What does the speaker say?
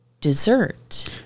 dessert